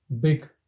big